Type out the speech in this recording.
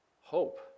hope